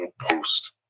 post